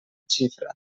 xifra